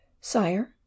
Sire